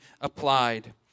applied